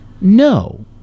no